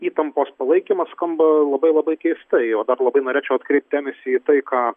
įtampos palaikymas skamba labai labai keistai o dar labai norėčiau atkreipt dėmesį į tai ką